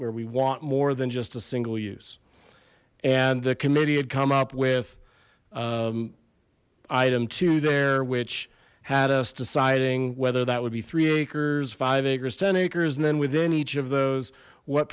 where we want more than just a single use and the committee had come up with item two there which had us deciding whether that would be three acres five acres ten acres and then within each of those what